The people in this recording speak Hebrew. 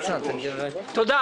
תמר.